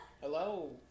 Hello